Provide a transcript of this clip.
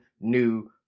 new